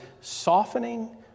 softening